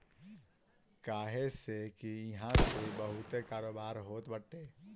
काहे से की इहा से बहुते कारोबार होत बाटे